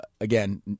Again